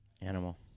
Animal